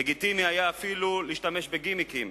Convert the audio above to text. לגיטימי היה אפילו להשתמש בגימיקים.